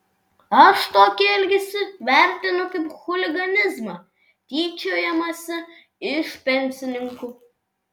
aš tokį elgesį vertinu kaip chuliganizmą tyčiojimąsi iš pensininkų